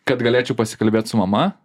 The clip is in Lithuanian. kad galėčiau pasikalbėt su mama